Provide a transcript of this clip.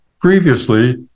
previously